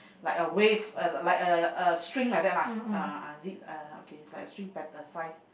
like a wave uh like a a string like that ah ah zig uh okay like a string pattern size